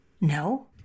No